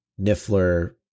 Niffler